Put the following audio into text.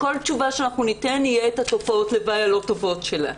לכל תשובה שניתן יהיו את תופעות הלוואי הלא טובות שלה.